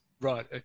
Right